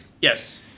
Yes